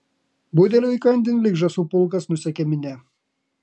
budeliui įkandin lyg žąsų pulkas nusekė minia